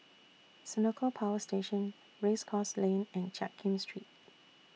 Senoko Power Station Race Course Lane and Jiak Kim Street